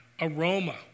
aroma